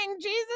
Jesus